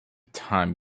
time